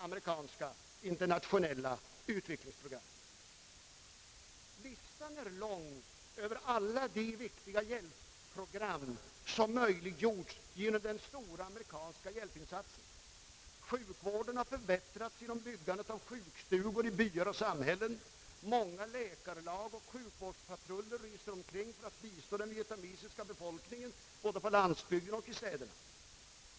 Listan är lång över alla de viktiga hjälpprogram, som möjliggjorts genom den stora amerikanska hjälpinsatsen. Sjukvården har förbättrats genom byggandet av sjukstugor i byar och samhällen, många läkarlag och sjukvårdspatruller reser omkring för att bistå den vietnamesiska befolkningen både på landsbygden och i städerna.